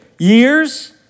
Years